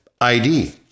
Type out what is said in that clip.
ID